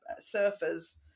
Surfers